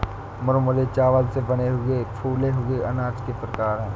मुरमुरे चावल से बने फूले हुए अनाज के प्रकार है